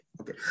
okay